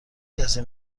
کسی